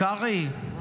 קרעי,